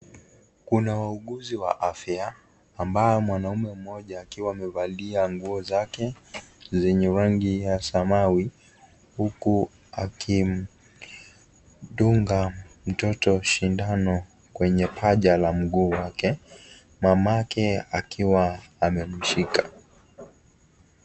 Kuna wauguzi wa afya ambao mwanaume mmoja akiwa amevalia nguo zake zenye rangi ya samawi huku akimdunga mtoto sindano kwenye paja la mguu wake mamake akiwa amemshika.